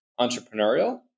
entrepreneurial